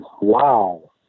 wow